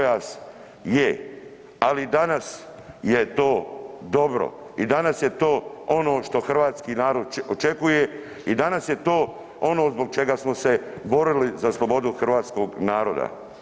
Je, ali danas je to dobro i danas je to ono što hrvatski narod očekuje i danas je to ono zbog čega smo se borili za slobodu hrvatskog naroda.